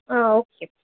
okay